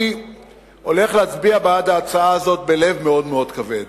אני הולך להצביע בעד ההצעה הזאת בלב מאוד מאוד כבד,